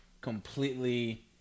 Completely